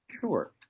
Sure